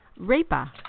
Rapa